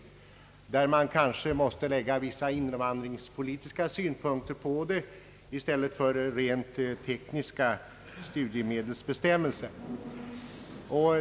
På den frågan kan man kanske också lägga vissa invandringspolitiska synpunkter och inte bara rent tekniska studiemedelsbestämmelser.